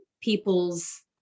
people's